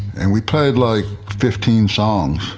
and we played, like, fifteen songs